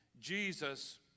Jesus